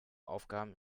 aufgaben